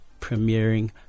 premiering